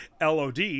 LOD